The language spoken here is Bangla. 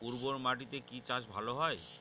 উর্বর মাটিতে কি চাষ ভালো হয়?